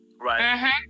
Right